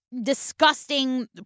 disgusting